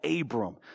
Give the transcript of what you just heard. Abram